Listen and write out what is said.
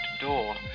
door